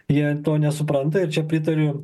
jie to nesupranta ir čia pritariu